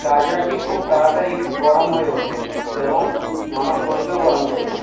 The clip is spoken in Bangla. চার্জরটি খুব তাড়াতাড়ি গরম হয়ে ওঠে এবং আমার ফোনকেও গরম করে